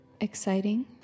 exciting